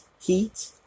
heat